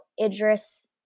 Idris